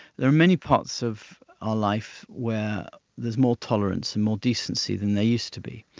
there are many parts of our life where there is more tolerance and more decency than there used to be.